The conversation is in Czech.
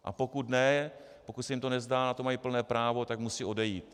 A pokud ne, pokud se jim to nezdá, a na to mají plné právo, tak musí odejít.